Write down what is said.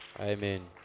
Amen